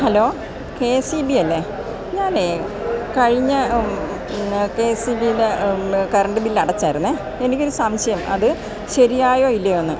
hello K S E ബിയല്ലെ ഞാനേ കഴിഞ്ഞ ന്ന് കെ എസ് ഇ ബിയുടെ കറൻറ്റ് ബില്ല് അടച്ചാരിന്നെ എനിക്കൊരു സംശയം അത് ശരിയായോ ഇല്ലയോന്ന്